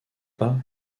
pas